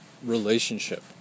relationship